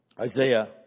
Isaiah